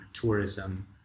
tourism